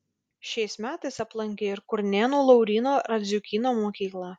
šiais metais aplankė ir kurnėnų lauryno radziukyno mokyklą